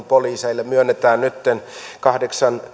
poliiseille myönnetään nyt kahdeksan